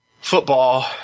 football